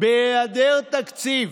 מהיעדר תקציב,